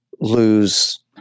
lose